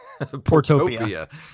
Portopia